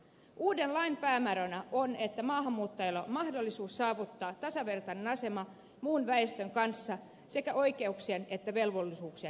uuden lain päämääränä on että maahanmuuttajalla on mahdollisuus saavuttaa tasavertainen asema muun väestön kanssa sekä oikeuksien että velvollisuuksien osalta